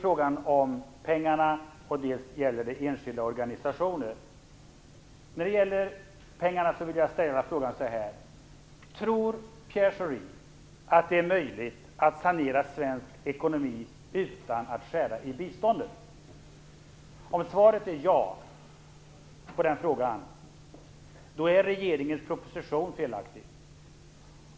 Jag har två konkreta frågor till statsrådet, som har suttit och lyssnat en stund på debatten. Det är dels en fråga om pengarna, dels en om enskilda organisationer. Tror Pierre Schori att det är möjligt att sanera svensk ekonomi utan att skära i biståndet? Om svaret på den frågan är ja är regeringens proposition felaktig.